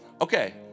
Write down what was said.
Okay